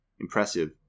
impressive